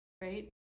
right